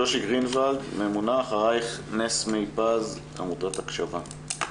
שושי גרינוולד, אחרייך נס מי-פז, עמותת הקשב"ה.